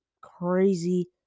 crazy